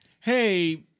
Hey